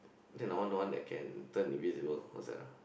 then I want the one that can turn invisible what is that ah